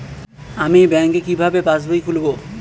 আমি ব্যাঙ্ক কিভাবে পাশবই খুলব?